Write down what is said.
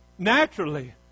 Naturally